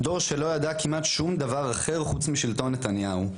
דור שלא ידע כמעט שום דבר אחר חוץ משלטון נתניהו.